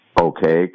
Okay